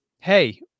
hey